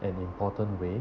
an important way